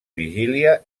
vigília